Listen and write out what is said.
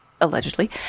allegedly